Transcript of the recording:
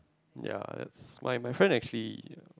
ya that's my my friends actually